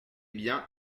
bien